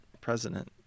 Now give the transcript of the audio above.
President